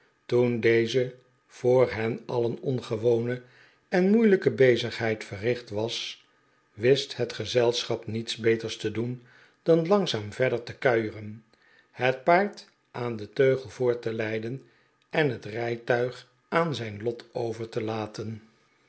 toen deze voor hen alien ongewone en moeilijke bezigheid verricht was wist het gezelschap niets beters te doen dan langzaam verder te kuieren het paard aan den teugel voort te leiden en het rijtuig aan zijn lot over te laten